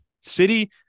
City